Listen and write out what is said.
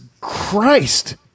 Christ